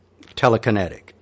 telekinetic